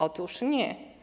Otóż nie.